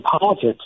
politics